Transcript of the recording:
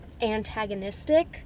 antagonistic